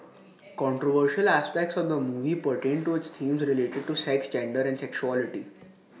controversial aspects of the movie pertained to its themes related to sex gender and sexuality